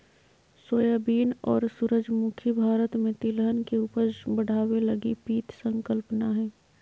soybean और सूरजमुखी भारत में तिलहन के उपज बढ़ाबे लगी पीत संकल्पना हइ